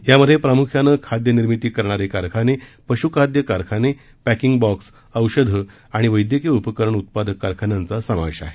यामध्ये प्रामुख्यानं खाद्य निर्मिती करणारे कारखाने पशुखाद्य कारखाने पॅकिंग बॉक्स औषध आणि वैद्यकीय उपकरण उत्पादक कारखान्यांचा समावेश आहे